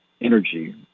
energy